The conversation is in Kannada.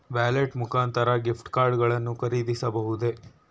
ವ್ಯಾಲೆಟ್ ಮುಖಾಂತರ ಗಿಫ್ಟ್ ಕಾರ್ಡ್ ಗಳನ್ನು ಖರೀದಿಸಬಹುದೇ?